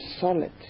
solid